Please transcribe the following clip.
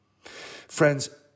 Friends